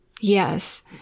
Yes